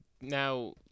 now